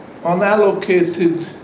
unallocated